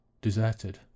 deserted